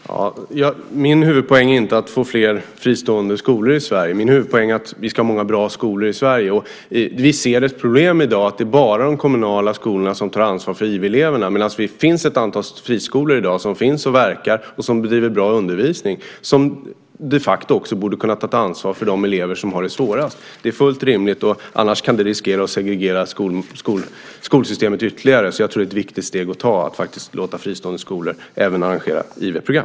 Fru talman! Min huvudpoäng är inte att få fler fristående skolor i Sverige. Min huvudpoäng är att vi ska ha många bra skolor i Sverige. Och vi ser ett problem i dag när det gäller att det bara är de kommunala skolorna som tar ansvar för IV-eleverna, medan det finns ett antal fristående skolor i dag som bedriver bra undervisning och som de facto också borde kunna ta ansvar för de elever som har det svårast. Det är fullt rimligt. Annars kan detta riskera att segregera skolsystemet ytterligare. Jag tror därför att det är ett viktigt steg att ta att faktiskt låta fristående skolor även arrangera IV-program.